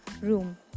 room